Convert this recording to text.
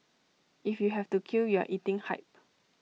if you have to queue you are eating hype